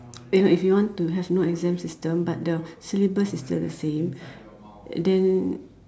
it's like if you want to have no exams system but the syllabus is still the same then